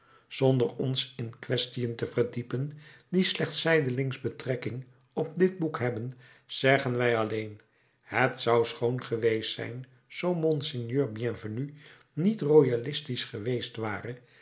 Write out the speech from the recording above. zonder ons in kwestiën te verdiepen die slechts zijdelings betrekking op dit boek hebben zeggen wij alleen het zou schoon geweest zijn zoo monseigneur bienvenu niet royalistisch geweest ware